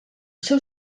seu